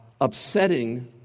upsetting